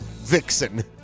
vixen